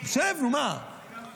שב, נו, מה -- אני גם מקשיב.